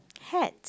hat